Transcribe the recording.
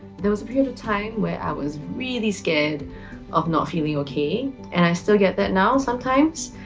there was a period of time where i was really scared of not feeling okay and i still get that now sometimes.